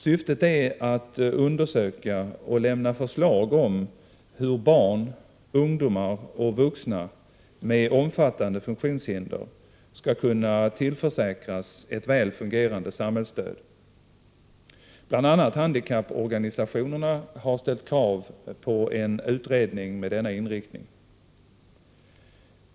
Syftet är att undersöka och lämna förslag om hur barn, ungdomar och vuxna med omfattande funktionshinder skall kunna tillförsäkras ett väl fungerande samhällsstöd. BI.a. handikapporganisationerna har ställt krav på en utredning med denna inriktning.